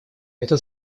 эта